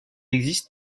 existe